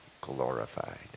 glorified